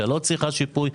הזכרתם שוויון?